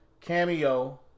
Cameo